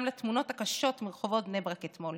לתמונות הקשות מרחובות בני ברק אתמול,